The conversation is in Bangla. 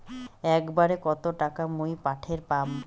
একবারে কত টাকা মুই পাঠের পাম?